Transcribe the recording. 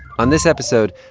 on this episode,